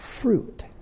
fruit